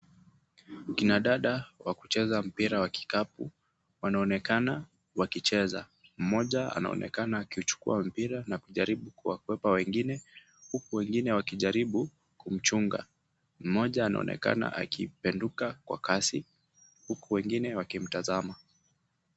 Kina dada wakucheza mpira wa kikapu, wanaonekana wakicheza. Mmoja anaonekana akiuchukua mpira na kujaribu kuwakwepa wengine, huku wengine wakijaribu kumchunga. Mmoja anaonekana akipenduka kwa kasi, huku wengine wakimtazama.